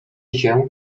się